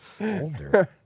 older